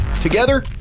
Together